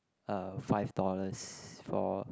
uh five dollars for